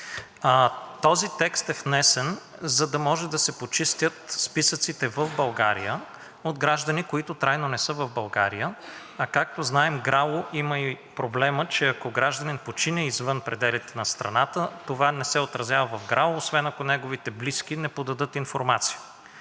Този текст е внесен, за да може да се почистят списъците в България от граждани, които трайно не са в България. Както знаем, ГРАО има проблема, че ако гражданин почине извън пределите на страната, това не се отразява в ГРАО, освен ако неговите близки не подадат информация.